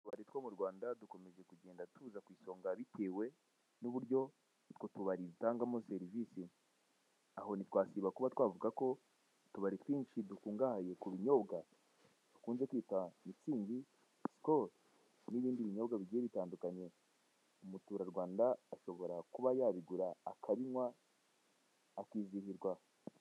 Utubari two mu Rwanda dukomeje kugenda tuza ku isonga bitewe n'uburyo utwo tubari dutangamo serivise. Aho nitwasiba kuba twavuga ko utubari twinshi dukungahaye kubinyobwa, bakunze kwita Mtz;Skol n'ibindi binyobwa bigiye bitandukanye, umuturarwanada ashobora kuba yabigura akabinywa akizihirwa.